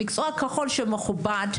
מקצוע ככל שמכובד,